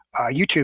YouTube